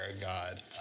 God